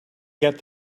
get